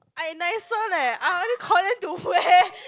I nicer leh I only call them to wear